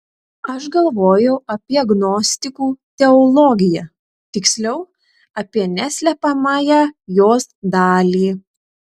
aš galvojau apie gnostikų teologiją tiksliau apie neslepiamąją jos dalį